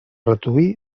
reduir